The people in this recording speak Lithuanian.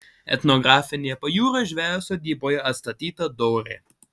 etnografinėje pajūrio žvejo sodyboje atstatyta dorė